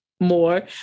more